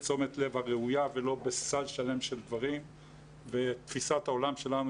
תשומת הלב הראויה ולא בסל שלם של דברים ותפיסת העולם שלנו